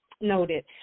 noted